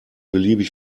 beliebig